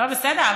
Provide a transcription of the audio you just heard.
בסדר,